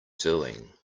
doing